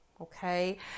okay